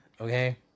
okay